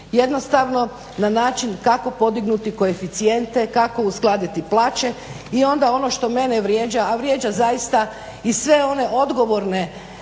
jednostavno na način kako podignuti koeficijente, kako uskladiti plaće i onda ono što mene vrijeđa, a vrijeđa zaista i sve one odgovorne